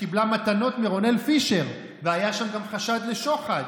שקיבלה מתנות מרונאל פישר, והיה שם גם חשד לשוחד.